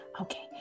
Okay